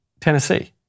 Tennessee